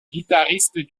guitariste